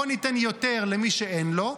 בואו ניתן יותר למי שאין לו,